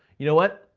you know what?